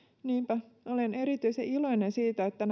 niinpä olen erityisen iloinen siitä että